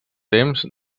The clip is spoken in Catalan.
temps